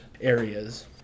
areas